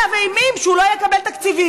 איזה חוק יש?